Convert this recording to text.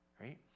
right